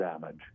damage